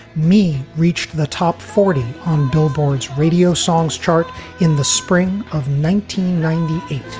me reached the top forty on billboard's radio songs chart in the spring of nineteen ninety eight.